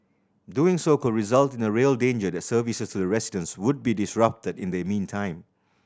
doing so could result in a real danger that services to the residents would be disrupted in the meantime